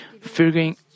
Figuring